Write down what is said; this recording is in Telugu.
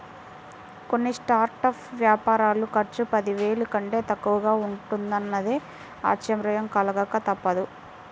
కొన్ని స్టార్టప్ వ్యాపారాల ఖర్చు పదివేల కంటే తక్కువగా ఉంటున్నదంటే ఆశ్చర్యం కలగక తప్పదు